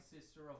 sister